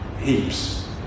Heaps